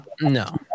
no